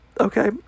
Okay